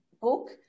book